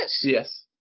yes